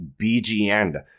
BGN